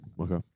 okay